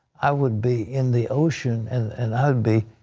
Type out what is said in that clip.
i would be in the ocean, and and i would be